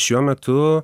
šiuo metu